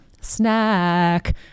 snack